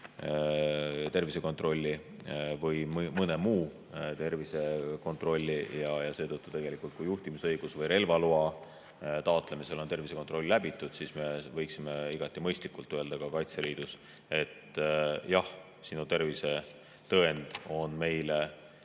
tervisekontrolli või mõne muu tervisekontrolli. Seetõttu, kui juhtimisõiguse või relvaloa taotlemisel on tervisekontroll läbitud, siis me võiksime igati mõistlikult öelda ka Kaitseliidus, et jah, sinu tervisetõend on meile